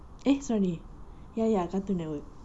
eh sorry ya ya cartoon network